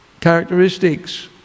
characteristics